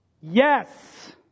Yes